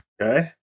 Okay